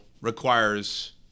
requires